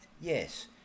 yes